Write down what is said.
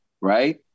right